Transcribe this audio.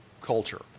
culture